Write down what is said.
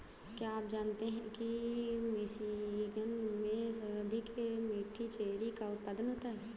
क्या आप जानते हैं कि मिशिगन में सर्वाधिक मीठी चेरी का उत्पादन होता है?